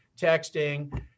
texting